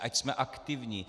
Ať jsme aktivní.